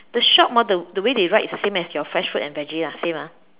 the shop ah the the way they write is the same as your fresh fruit and veggies lah same ah